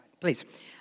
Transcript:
Please